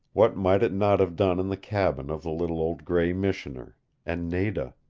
what might it not have done in the cabin of the little old gray missioner and nada?